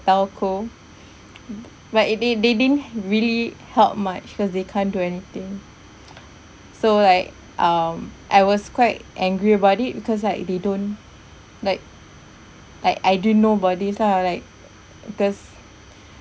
telco but it they they didn't really help much cause they can't do anything so like um I was quite angry about it because like they don't like like I didn't know about this lah like because